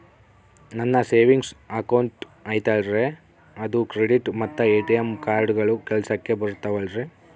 ನನ್ನ savings account ಐತಲ್ರೇ ಅದು ಕ್ರೆಡಿಟ್ ಮತ್ತ ಎ.ಟಿ.ಎಂ ಕಾರ್ಡುಗಳು ಕೆಲಸಕ್ಕೆ ಬರುತ್ತಾವಲ್ರಿ?